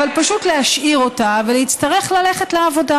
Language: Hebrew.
פשוט להשאיר אותה ולהצטרך ללכת לעבודה.